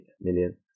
million